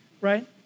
right